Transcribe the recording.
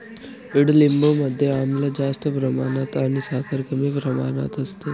ईडलिंबू मध्ये आम्ल जास्त प्रमाणात आणि साखर कमी प्रमाणात असते